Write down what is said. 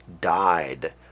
died